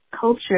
culture